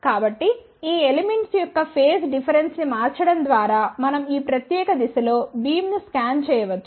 కాబట్టి ఈ ఎలిమెంట్స్ యొక్క ఫేజ్ డిఫరెన్స్ ని మార్చడం ద్వారా మనం ఈ ప్రత్యేక దిశలో బీమ్ ను స్కాన్ చేయవచ్చు